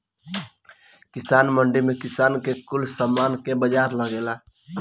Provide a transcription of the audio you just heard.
किसान मंडी में किसान कुल के समान के बाजार लगेला